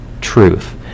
truth